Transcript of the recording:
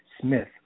Smith